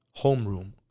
Homeroom